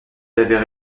avéré